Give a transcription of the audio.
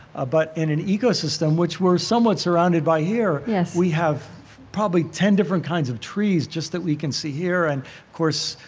ah but in an ecosystem, which we're somewhat surrounded by here, yeah we have probably ten different kinds of trees just that we can see here and, of course,